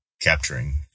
capturing